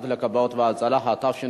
וילף,